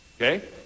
Okay